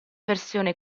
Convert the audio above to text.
versione